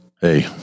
hey